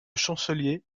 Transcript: chancelier